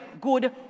good